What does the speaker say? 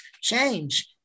change